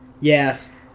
Yes